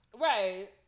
Right